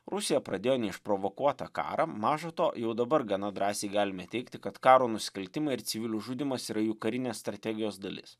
rusija pradėjo neišprovokuotą karą maža to jau dabar gana drąsiai galime teigti kad karo nusikaltimai ir civilių žudymas yra jų karinės strategijos dalis